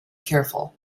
careful